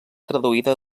traduïda